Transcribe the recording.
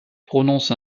prononce